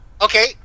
Okay